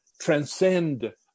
transcend